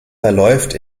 verläuft